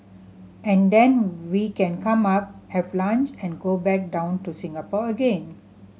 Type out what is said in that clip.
and then we can come up have lunch and go back down to Singapore again